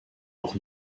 doch